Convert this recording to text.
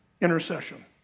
Intercession